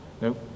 Nope